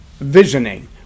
Visioning